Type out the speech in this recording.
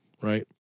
Right